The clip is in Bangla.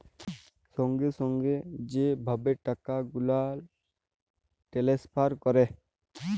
সঙ্গে সঙ্গে যে ভাবে টাকা গুলাল টেলেসফার ক্যরে